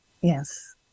Yes